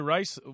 Rice